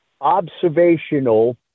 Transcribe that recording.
observational